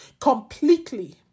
completely